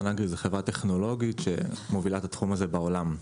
SunAgri היא חברה טכנולוגית שמובילה את התחום הזה בעולם.